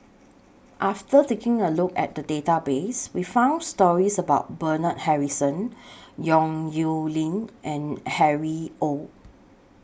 after taking A Look At The Database We found stories about Bernard Harrison Yong Nyuk Lin and Harry ORD